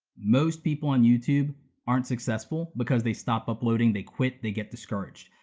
most people on youtube aren't successful because they stop uploading, they quit, they get discouraged.